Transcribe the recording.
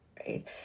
right